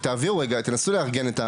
אז תעבירו רגע, תנסו לארגן.